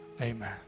Amen